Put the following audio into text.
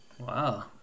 Wow